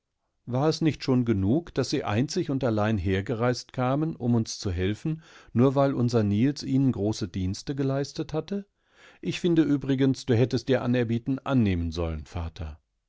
war es nicht schon genug daß sie einzig und allein hergereist kamen um uns zu helfen nur weil unser niels ihnen große dienstegeleistethatte ichfindeübrigens duhättestihranerbietenannehmen sollen vater